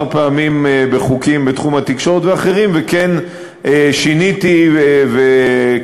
פעמים בחוקים בתחום התקשורת ואחרים וכן שיניתי וכיבדתי,